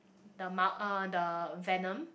the Mar~ uh the Venom